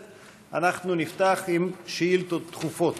נפתח עם שאילתות דחופות.